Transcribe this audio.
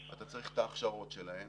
אתה צריך את ההכשרות שלהם,